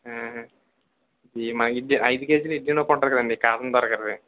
ఇది మనకి ఐదు కేజీల ఇడ్లీ నూక ఉంటుంది కదండీ కాటన్ దొరగారిది